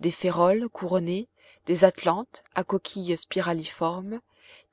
des féroles couronnées des atlantes à coquilles spiraliformes